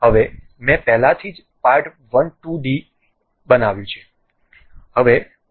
હવે મેં પહેલાથી જ part12d બનાવ્યું છે